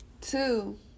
Two